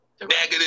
negative